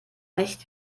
nicht